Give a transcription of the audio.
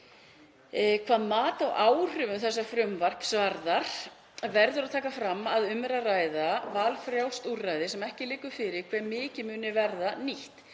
Hvað mat á áhrifum þessa frumvarps varðar verður að taka fram að um er að ræða valfrjálst úrræði sem ekki liggur fyrir hve mikið muni verða nýtt.